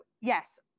yes